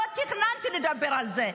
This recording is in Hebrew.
לא תכננתי לדבר על זה,